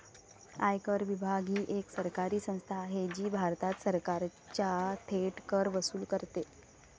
आयकर विभाग ही एक सरकारी संस्था आहे जी भारत सरकारचा थेट कर वसूल करते